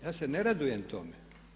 Ja se ne radujem tome.